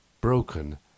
broken